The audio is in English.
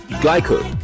glyco